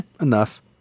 enough